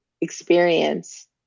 experience